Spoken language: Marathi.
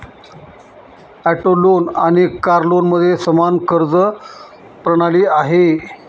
ऑटो लोन आणि कार लोनमध्ये समान कर्ज प्रणाली आहे